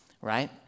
Right